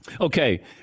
Okay